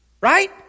Right